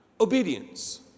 Obedience